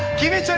junior so